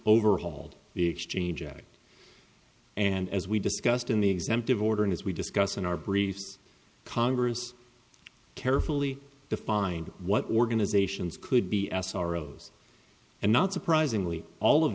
overhauled the exchange act and as we discussed in the exempt of order and as we discuss in our briefs congress carefully defined what we're going is ations could be a sorrows and not surprisingly all of